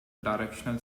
directional